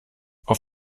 auf